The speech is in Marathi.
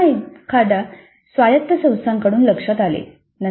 हे पुन्हा एकदा स्वायत्त संस्थांकडून लक्षात आले